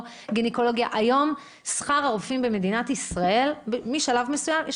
היום שכר הרופאים במדינת ישראל - משלב מסוים יש